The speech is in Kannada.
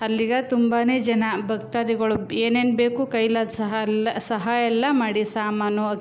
ಅಲ್ಲಿಗೆ ತುಂಬನೇ ಜನ ಭಕ್ತಾದಿಗಳು ಏನೇನು ಬೇಕು ಕೈಲಾದ ಸಹಾಯ ಎಲ್ಲ ಸಹಾಯ ಎಲ್ಲ ಮಾಡಿ ಸಾಮಾನು